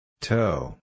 Toe